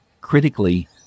Critically